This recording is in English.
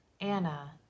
Anna